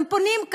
הם פונים,